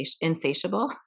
insatiable